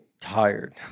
tired